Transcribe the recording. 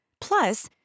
Plus